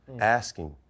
asking